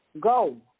go